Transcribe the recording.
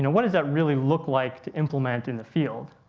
what does that really look like to implement in the field.